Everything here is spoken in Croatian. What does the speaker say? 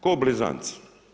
Ko blizanci.